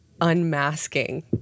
unmasking